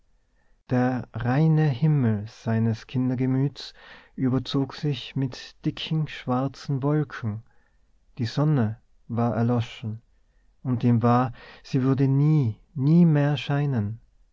der reine himmel seines kindergemüts überzog sich mit dicken schwarzen wolken die sonne war erloschen und ihm war sie würde nie nie mehr scheinen